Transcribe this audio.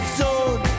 zone